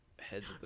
heads